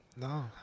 No